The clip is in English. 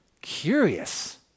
Curious